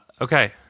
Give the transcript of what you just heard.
okay